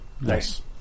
Nice